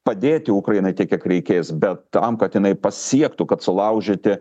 padėti ukrainai tiek kiek reikės bet tam kad jinai pasiektų kad sulaužyti